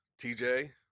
TJ